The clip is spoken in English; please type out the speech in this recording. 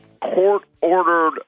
Court-Ordered